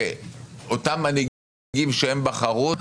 אותם מנהיגים שהם בחרו,